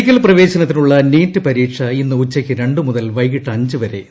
medical പ്രവേശനത്തിനുള്ള NEET പരീക്ഷ ഇന്ന് ന് ഉച്ചയ്ക്ക് രണ്ടുമുതൽ വൈകിട്ട് അഞ്ച് വരെ നടക്കും